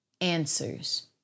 answers